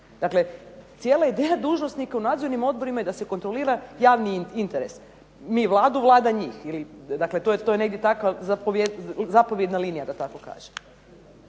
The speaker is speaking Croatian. Dakle, cijela je ideja dužnosnika u nadzornim odborima da se kontrolira javni interes, mi Vladu, Vlada njih. Ili, dakle to je negdje takva zapovjedna linija da tako kažem.